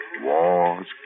wars